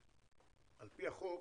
על פי החוק